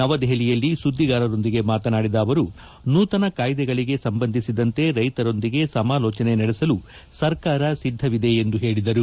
ನವದೆಹಲಿಯಲ್ಲಿ ಸುದ್ದಿಗಾರರೊಂದಿಗೆ ಮಾತನಾಡಿದ ಅವರು ನೂತನ ಕಾಯಿದೆಗಳಗೆ ಸಂಬಂಧಿಸಿದಂತೆ ರ್ನೆತರೊಂದಿಗೆ ಸಮಾಲೋಚನೆ ನಡೆಸಲು ಸರಕಾರ ಸಿದ್ದವಿದೆ ಎಂದರು